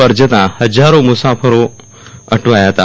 પર જતાં હજારો મુસાફરો અટવાયા હતા